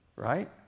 right